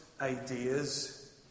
ideas